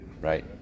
Right